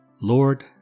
Lord